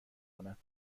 کند